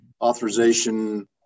authorization